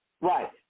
Right